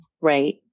Right